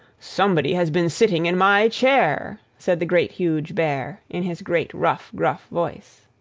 somebody has been sitting in my chair! said the great, huge bear, in his great, rough, gruff voice.